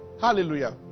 Hallelujah